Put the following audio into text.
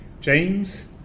James